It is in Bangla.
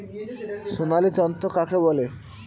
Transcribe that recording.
সোনালী তন্তু কাকে বলে?